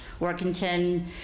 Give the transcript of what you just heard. Workington